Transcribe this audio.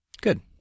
Good